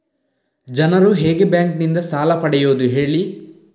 ಜನರು ಹೇಗೆ ಬ್ಯಾಂಕ್ ನಿಂದ ಸಾಲ ಪಡೆಯೋದು ಹೇಳಿ